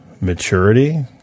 maturity